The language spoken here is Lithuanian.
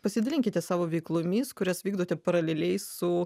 pasidalinkite savo veiklomis kurias vykdote paraleliai su